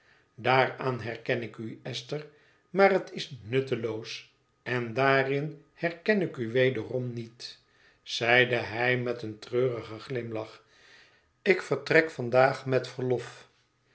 daaraan herken ik u esther maar het is nutteloos en daarin herken ik u wederom niet zeide hij met een treurigen glimlach ik vertrek vandaag met verlof